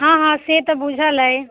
हँ हँ से तऽ बुझल अइ